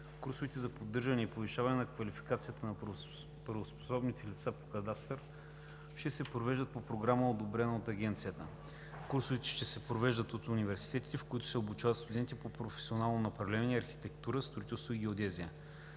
Курсовете за поддържане и повишаване на квалификацията на правоспособните лица по кадастър ще се провеждат по програма, одобрена от Агенцията. Курсовете ще се провеждат от университетите, в които се обучават студенти по професионално направление „Архитектура, строителство и геодезия“,